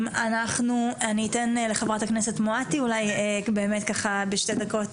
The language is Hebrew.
אני אתן לחברת הכנסת מואטי את רשות הדיבור,